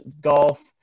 golf